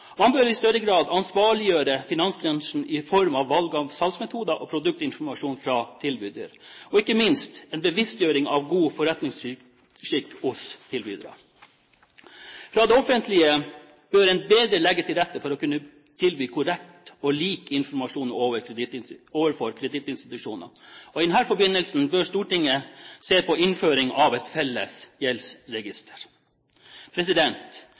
Man bør i større grad ansvarliggjøre finansbransjen i form av valg av salgsmetoder og produktinformasjon fra tilbyder – og ikke minst en bevisstgjøring av «god forretningsskikk» hos tilbyder. Fra det offentlige bør en legge bedre til rette for å kunne tilby korrekt og lik informasjon overfor kredittinstitusjoner. I denne forbindelse bør Stortinget se på innføring av et felles gjeldsregister.